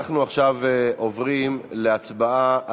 אנחנו עכשיו עוברים להצבעה,